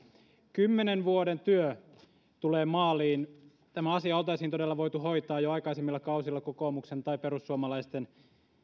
kymmenen vuoden työ tulee maaliin tämä asia oltaisiin todella voitu hoitaa jo aikaisemmilla kausilla kokoomuksen tai perussuomalaisten